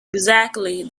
exactly